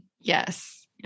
Yes